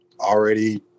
already